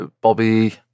Bobby